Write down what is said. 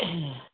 हूँ